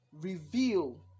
Reveal